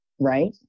Right